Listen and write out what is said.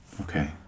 Okay